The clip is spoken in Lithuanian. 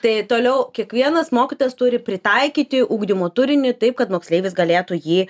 tai toliau kiekvienas mokytojas turi pritaikyti ugdymo turinį taip kad moksleivis galėtų jį